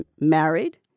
married